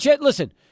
Listen